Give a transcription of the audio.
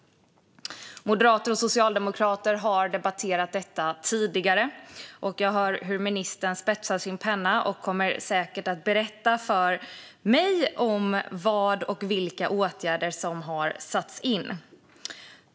Moderater och socialdemokrater har debatterat detta tidigare. Jag hör hur ministern spetsar sin penna, och han kommer säkert att berätta för mig vad och vilka åtgärder som har gjorts.